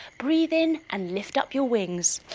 breathe in and lift up your wings